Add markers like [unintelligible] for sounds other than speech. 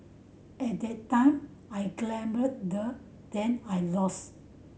at the time I [unintelligible] then I lost